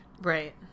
Right